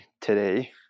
today